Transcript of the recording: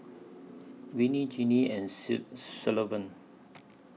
Winnie Jennie and Sullivan